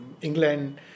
England